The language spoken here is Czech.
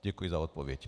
Děkuji za odpověď.